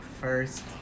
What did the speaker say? first